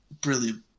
brilliant